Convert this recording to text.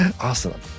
awesome